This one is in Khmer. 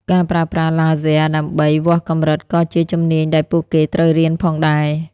ការប្រើប្រាស់ឡាស៊ែរដើម្បីវាស់កម្រិតក៏ជាជំនាញដែលពួកគេត្រូវរៀនផងដែរ។